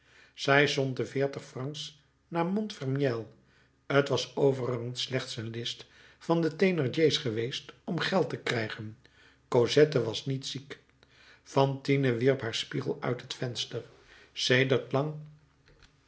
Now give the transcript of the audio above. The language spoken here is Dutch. zij zond de veertig francs naar montfermeil t was overigens slechts een list van de thénardier's geweest om geld te krijgen cosette was niet ziek fantine wierp haar spiegel uit het venster sedert lang